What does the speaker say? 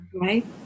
right